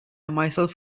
myself